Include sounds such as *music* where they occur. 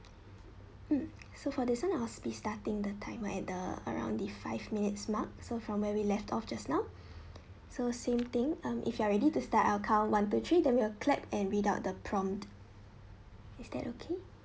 mm so for this one I will be starting the timer at the around the five minutes mark so from where we left off just now *breath* so same thing um if you are ready to start I will count one two three then we will clap and without the prompt is that okay